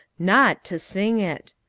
not to sing it.